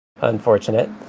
unfortunate